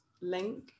link